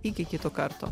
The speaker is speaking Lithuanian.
iki kito karto